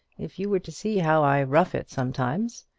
if you were to see how i rough it sometimes!